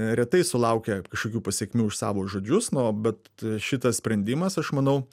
retai sulaukia kažkokių pasekmių už savo žodžius na bet šitas sprendimas aš manau